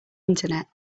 internet